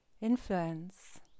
influence